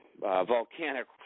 volcanic